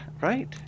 Right